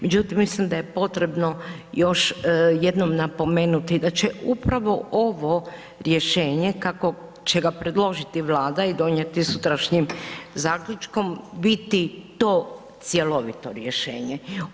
Međutim, mislim da je potrebno još jednom napomenuti da će upravo ovo rješenje kako će ga predložiti Vlada i donijeti sutrašnjim zaključkom biti to cjelovito rješenje.